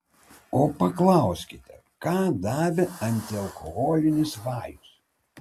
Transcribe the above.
o paklauskite ką davė antialkoholinis vajus